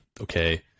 okay